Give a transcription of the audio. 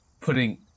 putting